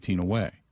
away